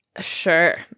sure